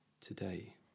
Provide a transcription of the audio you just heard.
today